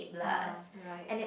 ah right